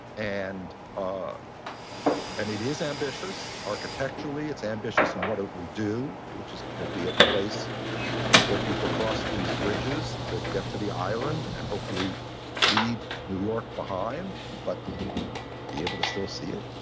and ah and it is ambitious architecturally. it's ambitious in what it will do, which is gonna be a place where people cross these bridges to get to the island, and hopefully leave new york behind. but be able to still see it.